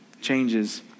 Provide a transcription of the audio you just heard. changes